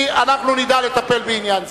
אנחנו נדע לטפל בעניין זה.